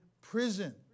prison